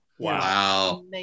wow